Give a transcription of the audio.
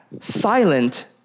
silent